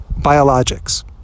biologics